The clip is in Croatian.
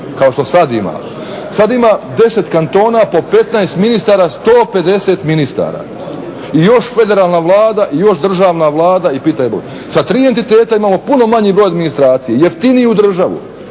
kao što sad ima, sad ima 10 kantona po 15 ministara, 150 ministara i još federalna Vlada i još državna Vlada i pitaj Boga. Sa 3 entiteta imamo puno manji broj administracije, jeftiniju državu